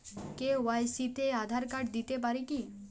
KYC তে Aadhaar card দিতে পারি কি?